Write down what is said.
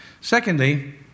Secondly